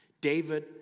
David